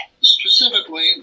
specifically